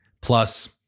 plus